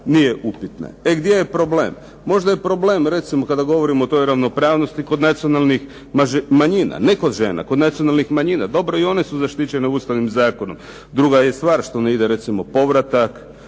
nije upitna. E gdje je problem? Možda je problem, recimo kada govorimo o toj ravnopravnosti kod nacionalnih manjina, ne kod žena, kod nacionalnih manjina. Dobro i one su zaštićene Ustavnim zakonom. Druga je stvar što ne ide recimo povratak,